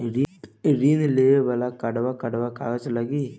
ऋण लेवेला कट्ठा कट्ठा कागज लागी?